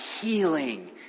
healing